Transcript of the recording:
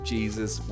Jesus